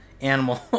animal